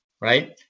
right